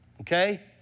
Okay